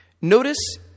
Notice